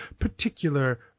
particular